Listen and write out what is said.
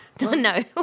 No